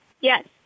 Yes